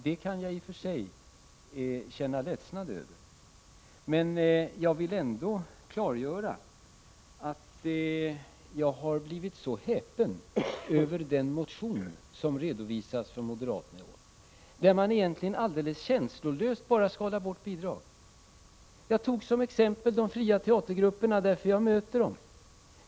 Det kan jag i och för sig känna ledsnad över. Men jag vill ändå klargöra att jag har blivit så häpen över den motion som redovisats från moderaterna i år, där man egentligen alldeles känslolöst bara skalar bort bidrag. Jag tog som exempel de fria teatergrupperna, eftersom jag möter dem.